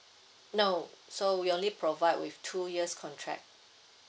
no so we only provide with two years contract